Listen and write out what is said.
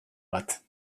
bat